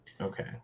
okay